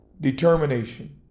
determination